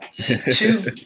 Two